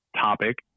topic